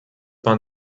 pain